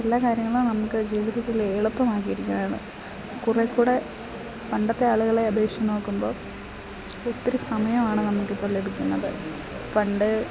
എല്ലാ കാര്യങ്ങളും നമുക്ക് ജീവിതത്തിലെളുപ്പമാക്കിയിരിക്കുവാണ് കുറേക്കൂടെ പണ്ടത്തെ ആളുകളെ അപേക്ഷിച്ച് നോക്കുമ്പോൾ ഒത്തിരി സമയാണ് നമുക്കിപ്പം ലഭിക്കുന്നത് പണ്ട്